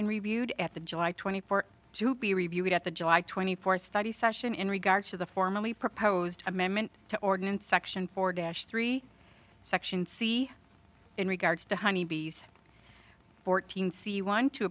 and reviewed at the july twenty four to be reviewed at the july twenty four study session in regards to the formally proposed amendment to ordinance section four dash three section c in regards to honeybees fourteen c one t